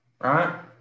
right